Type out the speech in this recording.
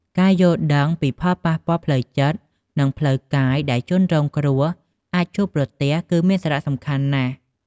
ការយល់ដឹងពីផលប៉ះពាល់ផ្លូវចិត្ត និងផ្លូវកាយដែលជនរងគ្រោះអាចជួបប្រទះ គឺមានសារៈសំខាន់ណាស់។